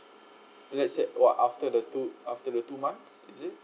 let said what after the two after the two months is it